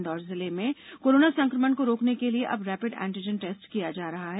इन्दौर जिले में कोरोना संक्रमण को रोकने के लिए अब रैपिड एंटीजन टेस्ट किया जा रहा है